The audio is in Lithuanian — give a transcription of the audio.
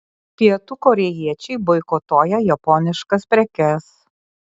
pietų korėjiečiai boikotuoja japoniškas prekes